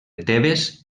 tebes